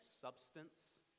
substance